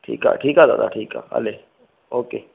ठीकु आहे ठीकु आहे दादा ठीकु आहे हले ओके